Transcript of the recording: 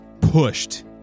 pushed